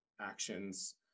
actions